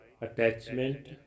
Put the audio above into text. attachment